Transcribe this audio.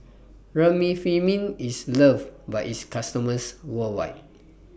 Remifemin IS loved By its customers worldwide